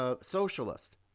socialist